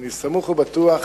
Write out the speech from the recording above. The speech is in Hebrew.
אני סמוך ובטוח